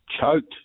choked